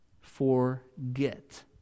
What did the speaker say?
Forget